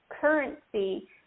currency